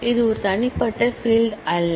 இது ஒரு தனிப்பட்ட ஃபீல்ட் அல்ல